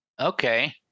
Okay